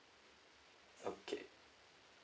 okay